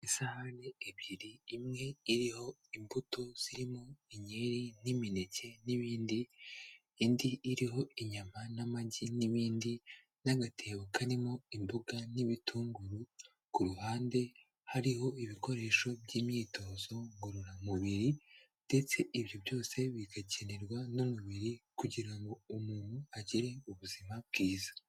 Isahani ebyiri imwe iriho imbuto zirimo inkeri n'imineke n'ibindi, indi iriho inyama n'amagi n'ibindi, n'agatebo karimo imboga n'ibitunguru, ku ruhande hariho ibikoresho by'imyitozo ngororamubiri ndetse ibyo byose bigakenerwa n'umubiri kugira ngo umuntu agire ubuzima bwiza.